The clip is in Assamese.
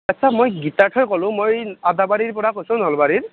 আচ্ছা মই গীতাৰ্থই ক'লো মই আদাবাৰীৰ পৰা কৈছোঁ নলবাৰীৰ